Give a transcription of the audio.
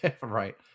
Right